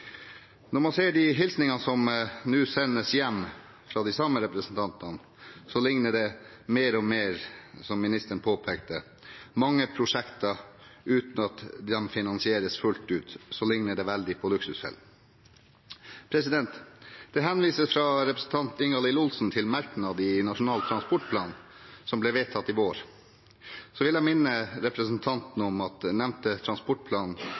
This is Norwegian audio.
Når man ser de hilsningene som nå sendes hjem fra de samme representantene, med mange prosjekter som ikke finansieres fullt ut, ligner det – som ministeren påpekte – mer og mer på «luksusfellen». Det henvises fra representanten Ingalill Olsen til en merknad i Nasjonal transportplan, som ble vedtatt i vår. Da vil jeg minne representanten om at den nevnte